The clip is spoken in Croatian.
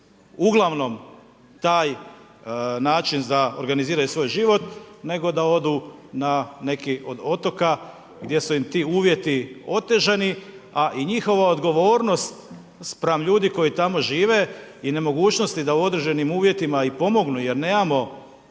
uglavnom taj način da organiziraju svoj život, nego da odu na neki od otoka gdje su im ti uvjeti otežani, a i njihova odgovornost spram ljudi koji tamo žive i nemogućnosti da u određenim uvjetima i pomognu jer nemamo